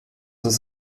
ist